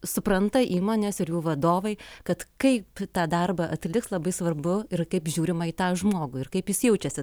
supranta įmonės ir jų vadovai kad kai tą darbą atliks labai svarbu ir kaip žiūrima į tą žmogų ir kaip jis jaučiasi